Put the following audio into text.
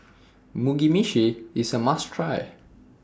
Mugi Meshi IS A must Try